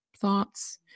thoughts